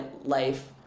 life